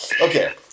Okay